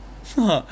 !whoa!